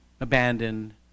abandoned